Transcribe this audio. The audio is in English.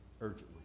urgently